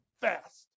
fast